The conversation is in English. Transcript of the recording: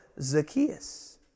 Zacchaeus